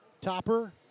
Topper